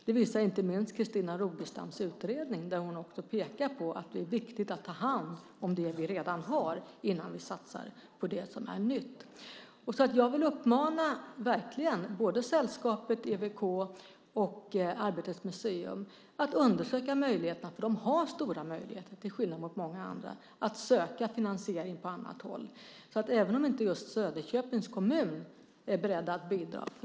Det visar inte minst Christina Rogestams utredning. Hon pekar just på vikten av att ta hand om det vi redan har innan vi satsar på det som är nytt. Jag vill verkligen uppmana EWK-sällskapet och Arbetets museum - eftersom de har stora möjligheter, till skillnad mot många andra - att söka finansiering på annat håll. Det gäller även om inte just Söderköpings kommun kan bidra.